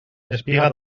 espiga